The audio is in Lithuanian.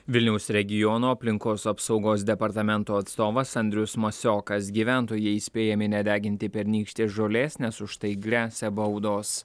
vilniaus regiono aplinkos apsaugos departamento atstovas andrius masiokas gyventojai įspėjami nedeginti pernykštės žolės nes už tai gresia baudos